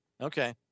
Okay